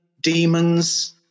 demons